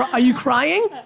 are you crying?